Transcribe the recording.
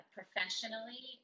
Professionally